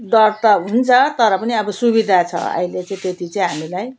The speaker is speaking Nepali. डर त हुन्छ तर पनि अब सुविधा छ अहिले चाहिँ त्यति चाहिँ हामीलाई